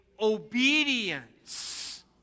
obedience